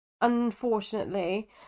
unfortunately